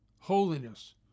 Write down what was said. holiness